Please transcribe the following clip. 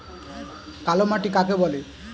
কালোমাটি কাকে বলে?